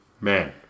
Man